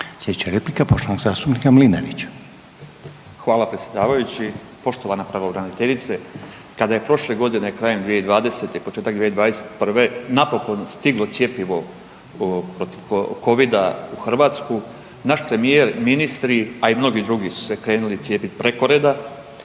Slijedeća replika poštovanog zastupnika Mlinarića. **Mlinarić, Stipo (DP)** Hvala predsjedavajući. Poštovana pravobraniteljice kada je prošle godine, krajem 2020., početak 2021. napokon stiglo cjepivo protiv Covida u Hrvatsku naš premijer, ministri, a i mnogi drugi su se krenuli cijepit preko reda,